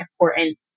important